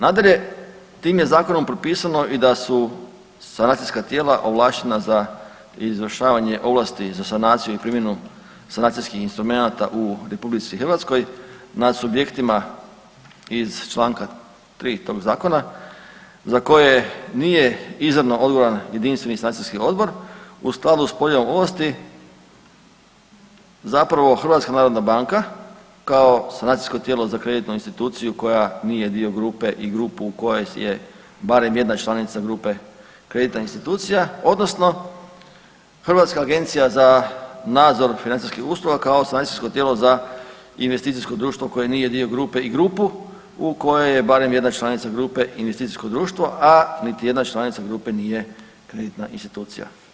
Nadalje, tim je zakonom propisano i da su sanacijska tijela ovlaštena za izvršavanje ovlasti za sanaciju i primjenu sanacijskih instrumenata u RH nad subjektima iz Članka 3. tog zakona za koje nije izravno odgovoran Jedinstveni sanacijski odbor u skladu s poljem ovlasti zapravo HNB kao sanacijsko tijelo za kreditnu instituciju koja nije dio grupe i grupu u kojoj je barem jedna članica grupe kreditna institucija odnosno Hrvatska agencija za nadzor financijskih usluga kao sanacijsko tijelo za investicijsko društvo koje nije dio grupe i grupu u kojoj je barem jedna članica grupe investicijsko društvo, a niti jedna članica grupe nije kreditna institucija.